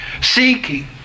seeking